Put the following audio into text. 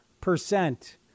percent